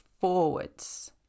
forwards